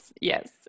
yes